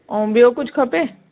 ऐं ॿियो कुझु खपे